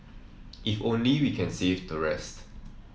if only we can save the rest